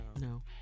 no